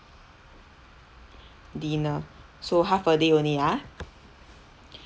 dinner so half a day only ah